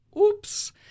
Oops